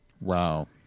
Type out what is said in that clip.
Wow